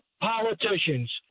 politicians